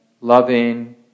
loving